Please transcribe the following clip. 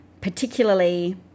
particularly